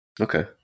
Okay